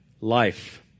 life